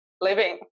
living